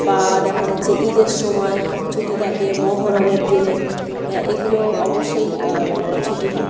বা দেখা যাচ্ছে ঈদের সময় ছুটি থাকে মহরমের দিনে এগুলো অবশ্যই ছুটি হয়